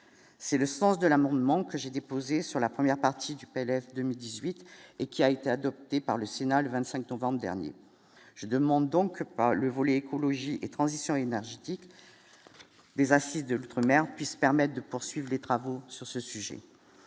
c'est le sens de l'amendement que j'ai déposée sur la première partie du PLF 2018 et qui a été adopté par le Sénat le 25 novembre dernier je demande donc pas le vol écologique et transition énergétique. Les assises de l'outre-mer puisse permettent de poursuivre les travaux sur ce sujet,